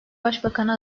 başbakana